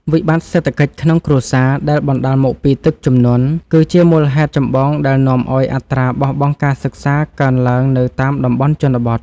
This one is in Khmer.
វិបត្តិសេដ្ឋកិច្ចក្នុងគ្រួសារដែលបណ្តាលមកពីទឹកជំនន់ គឺជាមូលហេតុចម្បងដែលនាំឱ្យអត្រាបោះបង់ការសិក្សាកើនឡើងនៅតាមតំបន់ជនបទ។